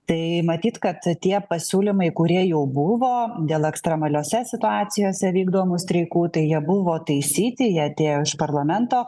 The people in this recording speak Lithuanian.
tai matyt kad tie pasiūlymai kurie jau buvo dėl ekstremaliose situacijose vykdomų streikų tai jie buvo taisyti jie atėjo iš parlamento